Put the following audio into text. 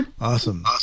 Awesome